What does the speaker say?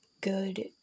good